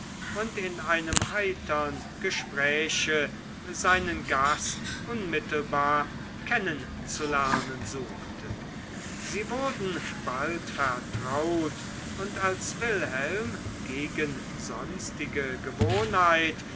und in einem heitern gespräche seinen gast unmittelbar kennen zu lernen suchte sie wurden bald vertraut und als wilhelm gegen sonstige gewohnheit